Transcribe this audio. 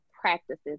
practices